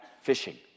fishing